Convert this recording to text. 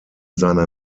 seiner